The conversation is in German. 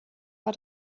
war